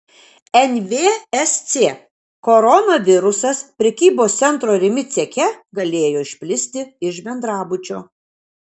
nvsc koronavirusas prekybos centro rimi ceche galėjo išplisti iš bendrabučio